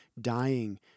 dying